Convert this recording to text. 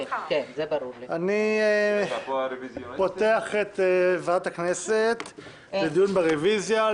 אני פותח את ועדת הכנסת לדיון ברביזיה.